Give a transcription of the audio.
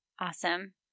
Awesome